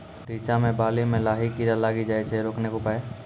रिचा मे बाली मैं लाही कीड़ा लागी जाए छै रोकने के उपाय?